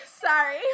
Sorry